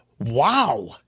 Wow